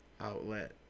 outlet